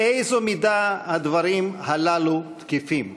באיזו מידה הדברים הללו תקפים?